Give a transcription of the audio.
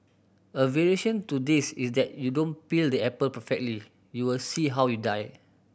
a variation to this is that you don't peel the apple perfectly you will see how you die